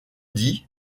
dit